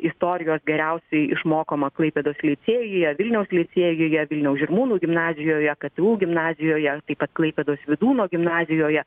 istorijos geriausiai išmokoma klaipėdos licėjuje vilniaus licėjuje vilniaus žirmūnų gimnazijoje ktu gimnazijoje taip pat klaipėdos vydūno gimnazijoje